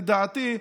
לדעתי,